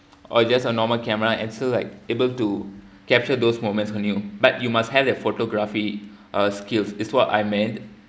or just a normal camera and still like be able to capture those moments when you but you must have the photography uh skills it's what I mean